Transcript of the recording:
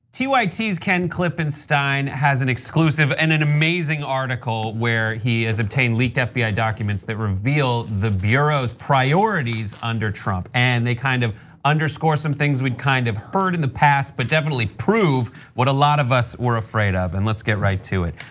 ken klippenstein has an exclusive and an amazing article where he has attained leaked fbi document that revealed the bureaus priorities under trump. and they kind of underscore some things we kind of heard in the past but definitely prove what a lot of us were afraid of, and let's get right to it.